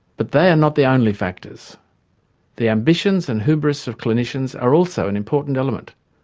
but they are not the only factors the ambitions and hubris of clinicians are also an important element,